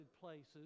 places